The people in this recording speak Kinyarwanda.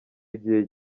igihe